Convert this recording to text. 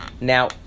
Now